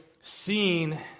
seen